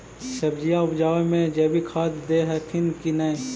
सब्जिया उपजाबे मे जैवीक खाद दे हखिन की नैय?